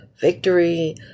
victory